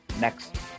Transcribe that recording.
Next